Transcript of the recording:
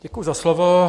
Děkuji za slovo.